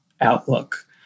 outlook